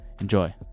enjoy